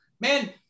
Man